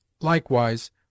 Likewise